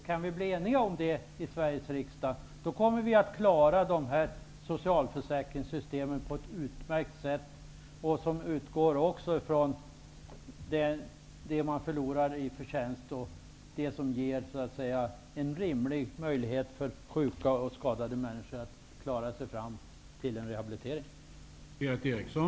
Kan vi bli eniga i Sveriges riksdag i dessa frågor kommer det att vara möjligt att klara socialförsäkringssystemen på ett utmärkt sätt. Systemen skall utgå från vad den enskilde förlorar i förtjänst och vad som ger en rimlig möjlighet för sjuka skadade att klara sig fram till rehabiliteringen.